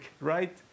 right